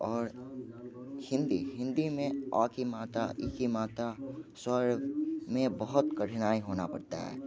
और हिंदी हिंदी में अ की मात्रा इ की मात्रा स्वर में बहुत कठिनाई होना पड़ता है